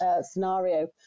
scenario